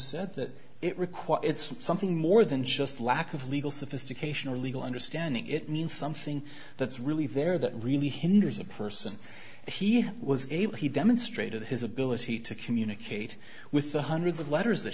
said that it requires it's something more than just lack of legal sophistication or legal understanding it means something that's really there that really hinders a person he was able he demonstrated his ability to communicate with the hundreds of letters that